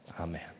amen